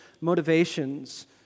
motivations